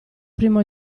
primo